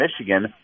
Michigan